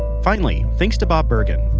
finally, thanks to bob bergen.